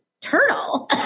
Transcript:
turtle